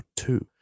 two